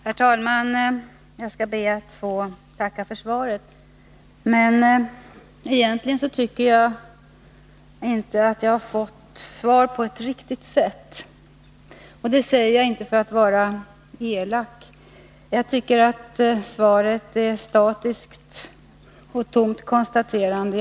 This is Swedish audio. Herr talman! Jag skall be att få tacka för svaret. Men egentligen tycker jag inte att jag har fått svar på ett riktigt sätt. Det säger jag inte för att vara elak. Jag tycker att svaret är statiskt och ett tomt konstaterande.